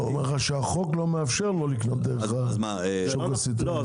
אני אומר לך שהחוק לא מאפשר לו לקנות לא דרך השוק הסיטונאי --- לא,